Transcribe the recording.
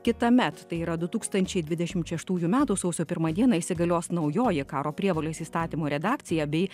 kitąmet tai yra du tūkstančiai dvidešimt šeštųjų metų sausio pirmą dieną įsigalios naujoji karo prievolės įstatymo redakcija bei